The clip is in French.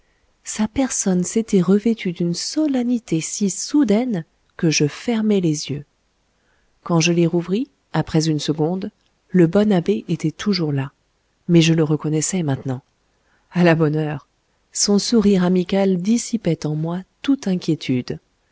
sa personne s'était revêtue d'une solennité si soudaine que je fermai les yeux quand je les rouvris après une seconde le bon abbé était toujours là mais je le reconnaissais maintenant à la bonne heure son sourire amical dissipait en moi toute inquiétude